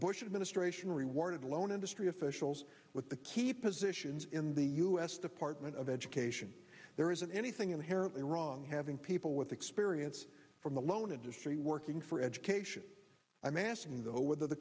bush administration rewarded loan industry officials with the key positions in the u s department of education there isn't anything inherently wrong having people with experience from the loan industry working for education i'm asking though whether the